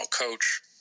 coach